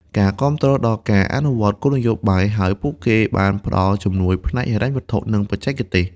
ការគាំទ្រដល់ការអនុវត្តគោលនយោបាយ ហើយពួកគេបានផ្តល់ជំនួយផ្នែកហិរញ្ញវត្ថុ និងបច្ចេកទេស។